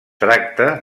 tracta